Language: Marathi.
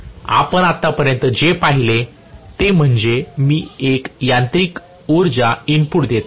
आपण आतापर्यंत जे पाहिले ते म्हणजे मी एक यांत्रिक उर्जा इनपुट देत आहे